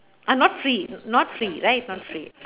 ah not free not free right not free